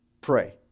pray